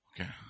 Okay